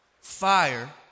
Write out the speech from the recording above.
fire